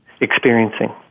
experiencing